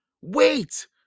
Wait